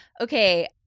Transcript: Okay